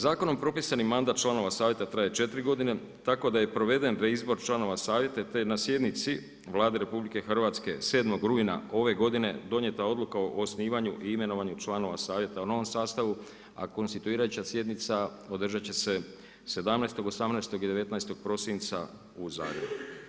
Zakonom propisani mandat članova Savjeta traje 4 godine tako da je proveden reizbor članova Savjeta te je na sjednici Vlade RH 7. rujna ove godine donijeta Odluka o osnivanju i imenovanju članova Savjeta o novom sastavu a konstituirajuća sjednica održati će se 17., 18. i 19. prosinca u Zagrebu.